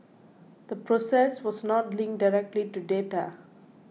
the process was not linked directly to data